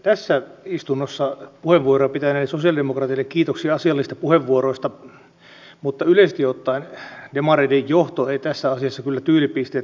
tässä istunnossa puheenvuoroja pitäneille sosialidemokraateille kiitoksia asiallisista puheenvuoroista mutta yleisesti ottaen demareiden johto ei tässä asiassa kyllä tyylipisteitä ansaitse